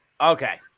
Okay